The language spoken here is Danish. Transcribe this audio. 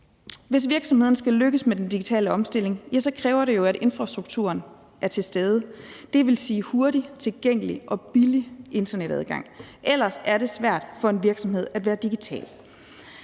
Hvis virksomhederne skal lykkes med den digitale omstilling, kræver det jo, at infrastrukturen er til stede, dvs. hurtig, tilgængelig og billig internetadgang. Ellers er det svært for en virksomhed at være digital.